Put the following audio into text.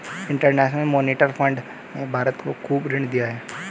international monetary fund ने भारत को खूब ऋण दिया है